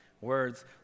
Words